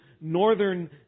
northern